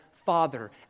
Father